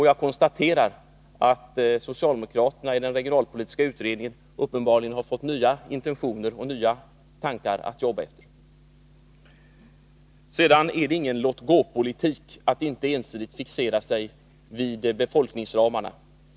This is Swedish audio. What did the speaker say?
Jag konstaterar att socialdemokraterna i den regionalpolitiska utredningen uppenbarligen har fått nya intentioner att jobba efter. Sedan är det ingen låt-gå-politik att inte ensidigt fixera sig vid befolkningsramarna.